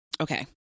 okay